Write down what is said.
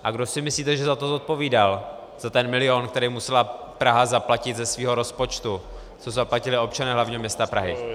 A kdo si myslíte, že za to zodpovídal, za ten milion, který musela Praha zaplatit ze svého rozpočtu, co zaplatili občané hlavního města Prahy?